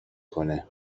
کنه